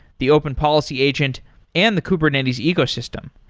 the open policy agent and the kubernetes ecosystem.